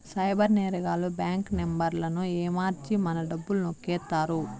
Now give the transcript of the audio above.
cyber నేరగాళ్లు bank నెంబర్లను ఏమర్చి మన డబ్బులు నొక్కేత్తారు